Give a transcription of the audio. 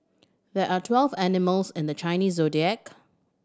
there are twelve animals in the Chinese Zodiac